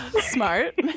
Smart